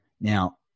Now